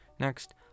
Next